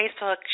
Facebook